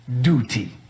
duty